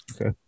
Okay